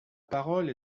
parole